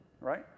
right